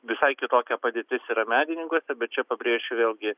visai kitokia padėtis yra medininkuose bet čia pabrėžiu vėlgi